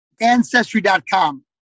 ancestry.com